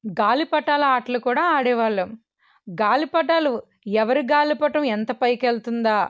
గాలిపటాల ఆటలు కూడా ఆడేవాళ్ళు గాలిపటాలు ఎవరు గాలిపటం ఎంత పైకెళ్తుందా